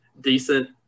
decent